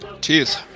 Cheers